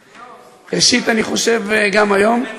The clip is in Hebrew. ראשית, אני חושב גם היום,